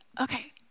Okay